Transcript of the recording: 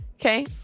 Okay